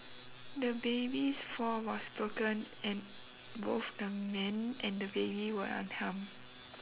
the baby's fall was broken and both the man and the baby were unharmed